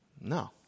No